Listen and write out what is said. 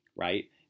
right